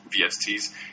VSTs